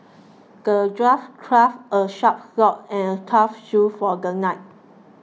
the dwarf crafted a sharp sword and a tough shield for the knight